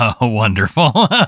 wonderful